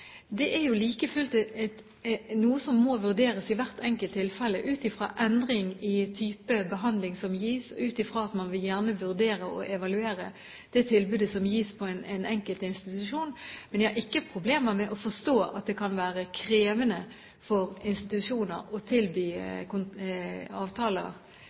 Det er like fullt noe som må vurderes i hvert enkelt tilfelle, ut fra endring i type behandling som gis, og ut fra at man vil gjerne vurdere og evaluere det tilbudet som gis på den enkelte institusjon. Jeg har ikke problemer med å forstå at det kan være krevende for institusjoner å tilby avtaler